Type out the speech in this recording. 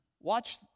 Watch